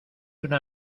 una